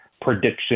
prediction